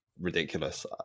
ridiculous